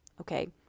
Okay